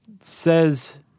says